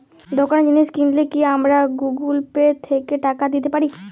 দোকানে জিনিস কিনলে কি আমার গুগল পে থেকে টাকা দিতে পারি?